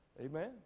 Amen